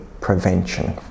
prevention